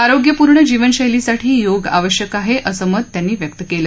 आरोग्यपूर्ण जीवनशैलीसाठी योग आवश्यक आहे असं मत त्यांनी व्यक्त केलं